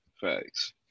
Facts